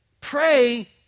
pray